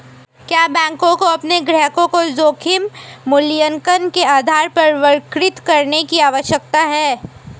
क्या बैंकों को अपने ग्राहकों को जोखिम मूल्यांकन के आधार पर वर्गीकृत करने की आवश्यकता है?